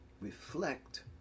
Reflect